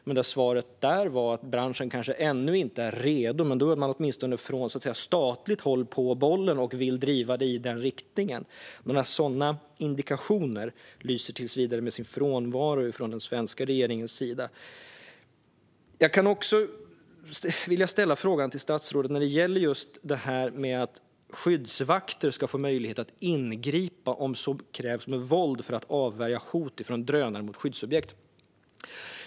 Svaret där är att branschen kanske ännu inte är redo, men då är man åtminstone från statligt håll på bollen och vill driva det i den riktningen. Sådana indikationer lyser tills vidare med sin frånvaro från den svenska regeringens sida. Jag vill också ställa en fråga till statsrådet när det gäller detta med att skyddsvakter ska få möjlighet att ingripa, om så krävs med våld, för att avvärja hot från drönare mot skyddsobjekt.